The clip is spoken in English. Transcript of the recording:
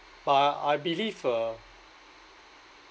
but I believe uh